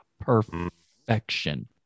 Perfection